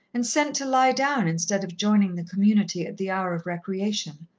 and sent to lie down instead of joining the community at the hour of recreation,